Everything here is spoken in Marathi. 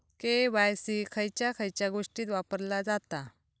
के.वाय.सी खयच्या खयच्या गोष्टीत वापरला जाता?